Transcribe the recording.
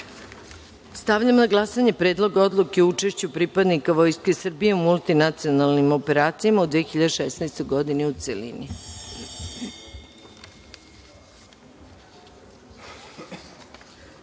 zakona. Stavljam na glasanje Predlog odluke o učešću pripadnika Vojske Srbije u multinacionalnim operacijama u 2016. godini, u